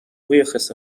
bhuíochas